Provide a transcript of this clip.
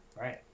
right